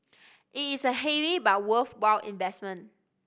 it is a heavy but worthwhile investment